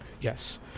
Yes